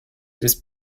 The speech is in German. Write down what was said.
ist